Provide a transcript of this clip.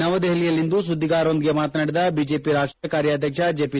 ನವದೆಪಲಿಯಲ್ಲಿಂದು ಸುದ್ದಿಗಾರರೊಂದಿಗೆ ಮಾತನಾಡಿದ ಬಿಜೆಪಿ ರಾಷ್ಟೀಯ ಕಾರ್ಯಧ್ಯಕ್ಷ ಜೆಪಿ